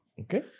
Okay